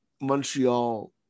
Montreal